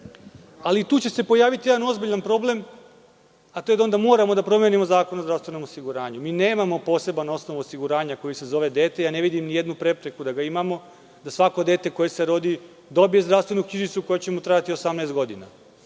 I tu će se pojaviti jedan ozbiljan problem, a to je da onda moramo da promenimo Zakon o zdravstvenom osiguranju. Mi nemamo poseban osnov osiguranja koji se zove dete. Ne vidim ni jednu prepreku da ga imamo, da svako dete koje se rodi dobije zdravstvenu knjižicu koja će mu trajati 18 godina.